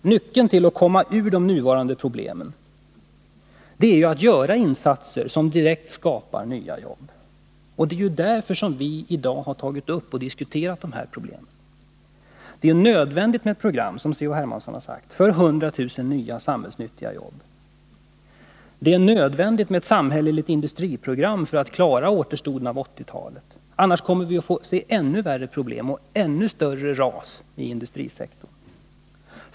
Nyckeln till att komma ur de nuvarande problemen är att göra insatser som direkt skapar nya jobb. Det är därför som vi i dag har tagit upp och diskuterat de här problemen. Det är nödvändigt, som C.-H. Hermansson har sagt, med ett program för 100 000 nya samhällsnyttiga jobb. Det är nödvändigt med ett samhälleligt industriprogram för att vi skall kunna klara återstoden av 1980-talet. Annars kommer vi att få se ännu värre problem och ännu större ras inom industrisektorn.